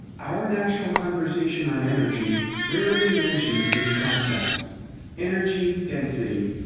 our national conversation on energy rarely mentions these concepts energy density.